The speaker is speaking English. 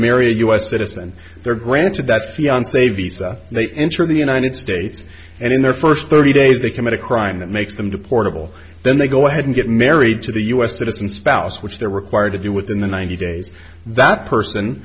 marry a u s citizen their granted that fiance visa they enter the united states and in their first thirty days they commit a crime that makes them deportable then they go ahead and get married to the us citizen spouse which they're required to do within the ninety days that person